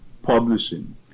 publishing